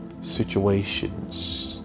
situations